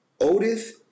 Otis